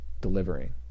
delivering